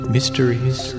Mysteries